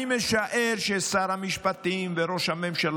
אני משער ששר המשפטים וראש הממשלה,